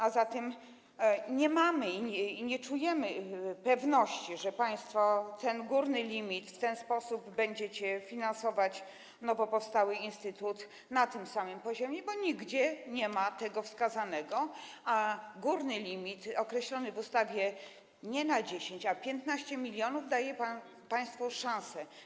A zatem nie mamy, nie czujemy pewności, że państwo ten górny limit... że w ten sposób będziecie finansować nowo powstały instytut, na tym samym poziomie, bo nigdzie nie jest to wskazane, a górny limit określony w ustawie nie na 10, a na 15 mln daje państwu szansę.